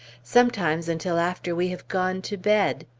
sometimes until after we have gone to bed.